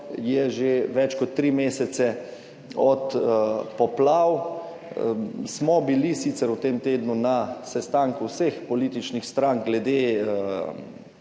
je že več kot tri mesece od poplav. Smo bili sicer v tem tednu na sestanku vseh političnih strank glede,